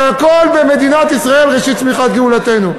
והכול במדינת ישראל, ראשית צמיחת גאולתנו.